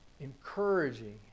encouraging